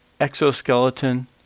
Exoskeleton